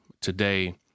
today